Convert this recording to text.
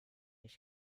ich